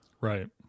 Right